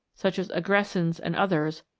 such as aggressines and others,